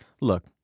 Look